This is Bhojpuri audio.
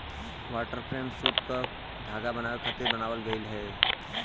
वाटर फ्रेम सूत क धागा बनावे खातिर बनावल गइल रहे